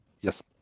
Yes